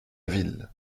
ville